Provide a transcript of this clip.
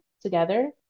together